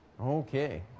Okay